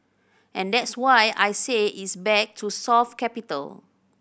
and that's why I say it's back to soft capital